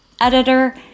editor